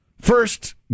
First